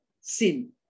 sin